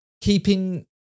keeping